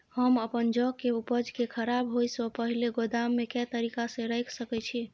हम अपन जौ के उपज के खराब होय सो पहिले गोदाम में के तरीका से रैख सके छी?